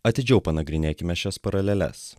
atidžiau panagrinėkime šias paraleles